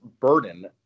burden